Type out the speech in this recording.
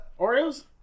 Oreos